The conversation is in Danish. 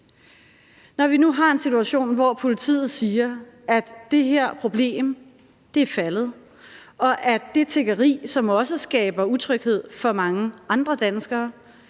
Når vi nu har en situation, hvor politiet siger, at det her problem er blevet mindre, og at det tiggeri, som også skaber utryghed for mange andre danskere,